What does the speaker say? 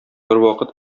бервакыт